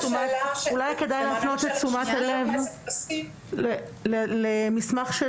אולי כדאי להפנות את תשומת הלב למסמך של